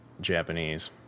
Japanese